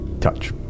Touch